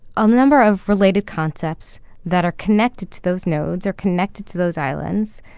um number of related concepts that are connected to those nodes or connected to those islands,